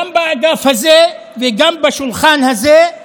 גם באגף הזה וגם בשולחן הזה,